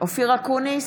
אופיר אקוניס,